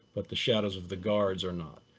but the shadows of the guards are not.